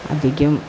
അതിക്കും